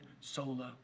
solo